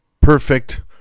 perfect